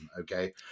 okay